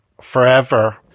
forever